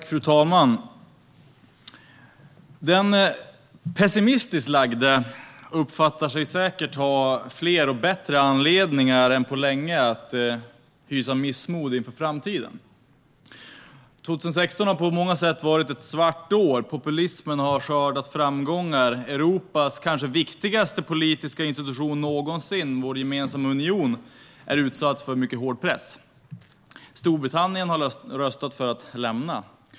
Fru talman! Den pessimistiskt lagde uppfattar sig säkert ha fler och bättre anledningar än på länge att hysa missmod inför framtiden. År 2016 har på många sätt varit ett svart år. Populismen har skördat framgångar. Europas kanske viktigaste politiska institution någonsin, nämligen vår gemensamma union, är utsatt för mycket hård press. Och Storbritannien har röstat för att lämna unionen.